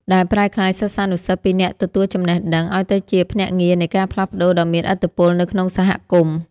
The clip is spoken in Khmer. ដែលប្រែក្លាយសិស្សានុសិស្សពីអ្នកទទួលចំណេះដឹង ឱ្យទៅជាភ្នាក់ងារនៃការផ្លាស់ប្តូរដ៏មានឥទ្ធិពលនៅក្នុងសហគមន៍។